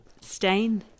stain